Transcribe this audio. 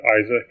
Isaac